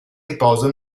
riposo